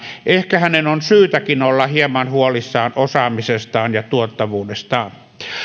ehkä hänen on syytäkin olla hieman huolissaan osaamisestaan ja tuottavuudestaan